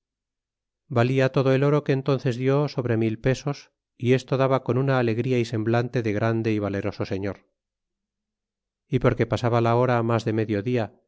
valía todo el oro que entónces dió sobre mil pesos y esto daba con una alegría y semblante de grande y valeroso señor y porque pasaba la hora mas de medio dia